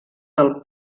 del